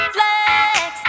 Flex